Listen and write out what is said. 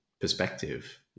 perspective